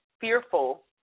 fearful